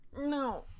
No